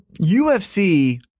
UFC